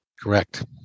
Correct